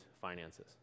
finances